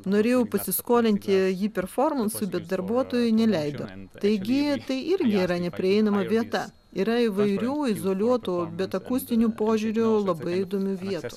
norėjau pasiskolinti jį performansui bet darbuotojai neleido taigi tai irgi yra neprieinama vieta yra įvairių izoliuotų bet akustiniu požiūriu labai įdomių vietų